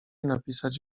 napisać